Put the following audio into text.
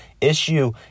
issue